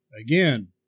Again